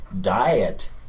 diet